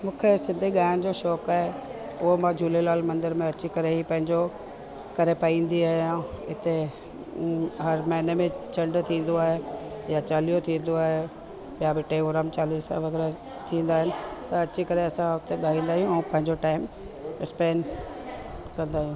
मूंखे सिंधी ॻाइण जो शौक़ु आहे उहो मां झूलेलाल मंदर में अची करे ई पंहिंजो करे पाईंदी आहियां हिते हर महीने में चंडु थींदो आहे या चालीहो थींदो आहे ॿियां बि टेऊंराम चालीसा वग़ैरह थींदा आहिनि त अची करे असां उते ॻाईंदा आहियूं ऐं पंहिंजो टाइम स्पैंड कंदा आहियूं